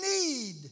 need